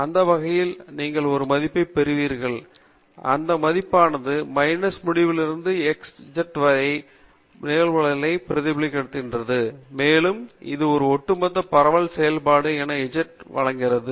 எந்த வகையிலும் நீங்கள் ஒரு மதிப்பை பெறுவீர்கள் அந்த மதிப்பானது மைனஸ் முடிவிலாவிலிருந்து z வரை அதிகரித்து வரும் நிகழ்தகவுகளை பிரதிநிதித்துவப்படுத்துகிறது மேலும் இது ஒட்டுமொத்த பரவல் செயல்பாடு என வழங்கப்படுகிறது